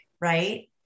right